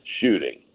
shooting